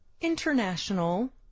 international